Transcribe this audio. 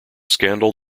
scandal